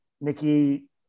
Nikki